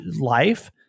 life